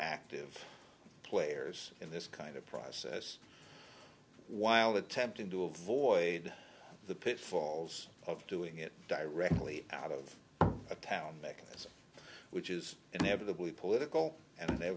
active players in this kind of process while attempting to avoid the pitfalls of doing it directly out of a town mechanism which is inevitably political and they